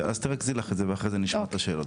תרכזי את השאלות ואחר כך נשאל את השאלות.